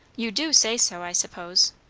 you do say so, i suppose?